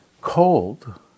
cold